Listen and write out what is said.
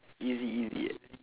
easy easy